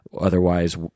Otherwise